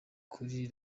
kuri